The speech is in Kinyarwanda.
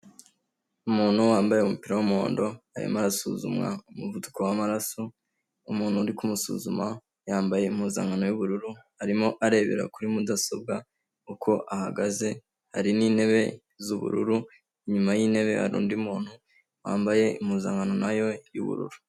Umuntu wambaye umupira w'umuhondo arimo arasuzumwa umuvuduko w'amaraso, umuntu uri kumusuzuma yambaye impuzankano y'ubururu, arimo arebera kuri mudasobwa uko ahagaze, hari n'intebe z'ubururu, inyuma y'intebe hari undi muntu wambaye impuzankano nayo y'ubururu.